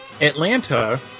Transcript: Atlanta